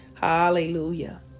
Hallelujah